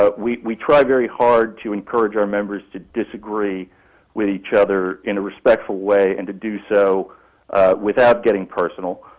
ah we we try very hard to encourage our members to disagree with each other in a respectful way and to do so without getting personal.